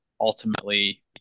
ultimately